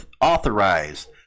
authorized